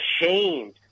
ashamed